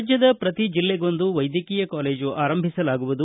ರಾಜ್ಯದ ಪ್ರತಿ ಜಿಲ್ಲೆಗೊಂದು ವೈದ್ಯೀಯ ಕಾಲೇಜು ಆರಂಭಿಸಲಾಗುವುದು